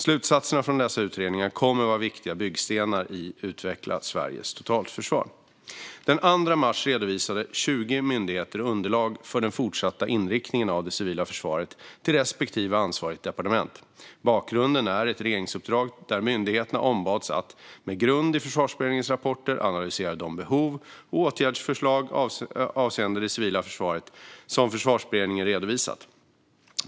Slutsatserna från dessa utredningar kommer att vara viktiga byggstenar i att utveckla Sveriges totalförsvar. Den 2 mars redovisade 20 myndigheter underlag för den fortsatta inriktningen av det civila försvaret till respektive ansvarigt departement. Bakgrunden är ett regeringsuppdrag där myndigheterna ombads att med grund i Försvarsberedningens rapporter analysera de behov och åtgärdsförslag avseende det civila försvaret som Försvarsberedningen redovisat.